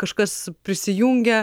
kažkas prisijungia